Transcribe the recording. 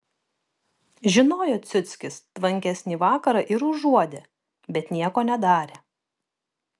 žinojo ciuckis tvankesnį vakarą ir užuodė bet nieko nedarė